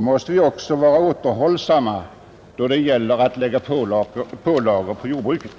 måste vi också vara återhållsamma då det gäller att lägga pålagor på jordbruket.